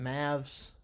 Mavs